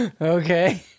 Okay